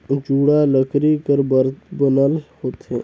जुड़ा लकरी कर बनल होथे